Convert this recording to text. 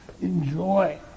enjoy